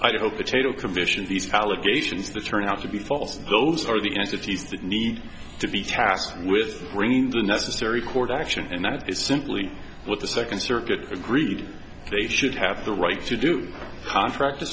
idaho potato commission these allegations that turn out to be false those are the entities that need to be tasked with bringing the necessary court action and that is simply what the second circuit agreed they should have the right to do contract